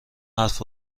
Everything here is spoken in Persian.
حرف